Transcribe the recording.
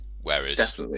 Whereas